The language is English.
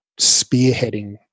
spearheading